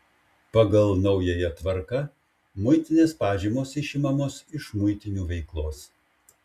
pagal naująją tvarką muitinės pažymos išimamos iš muitinių veiklos